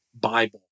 Bible